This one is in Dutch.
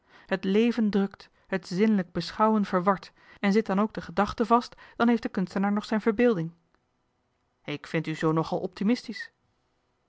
het leven drukt het zinnelijke beschouwen verwart en zit dan ook de gedachte vast dan heeft de kuntenaar nog zijn verbeelding ik vind u zoo nog al optimistisch